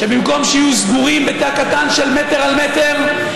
במקום שיהיו סגורים בתא קטן של מטר על מטר,